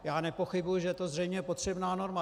Já nepochybuji, že je to zřejmě potřebná norma.